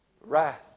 wrath